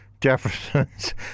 Jefferson's